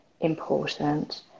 important